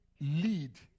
lead